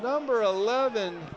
number eleven